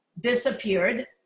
disappeared